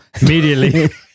immediately